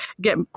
get